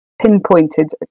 pinpointed